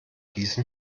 gießen